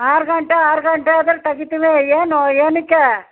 ಆರು ಗಂಟೆ ಆರು ಗಂಟೆ ಆದ್ರೆ ತೆಗಿತೀವಿ ಏನು ಏನಕ್ಕೆ